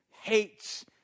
hates